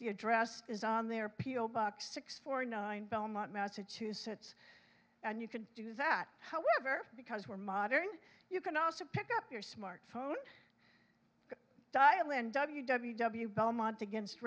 the address is on there p o box six four nine belmont massachusetts and you can do that however because we're modern you can also pick up your smartphone dial n w w w belmont against